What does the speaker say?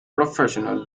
professional